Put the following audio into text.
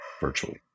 virtually